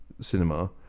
cinema